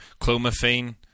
clomiphene